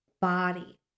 body